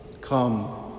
come